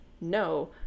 No